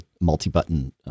multi-button